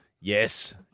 Yes